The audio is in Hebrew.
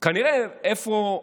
כנראה איפה להתראיין,